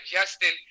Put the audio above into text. Justin